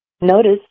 Notice